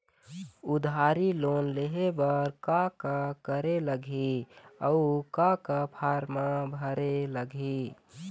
उधारी लोन लेहे बर का का करे लगही अऊ का का फार्म भरे लगही?